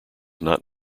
not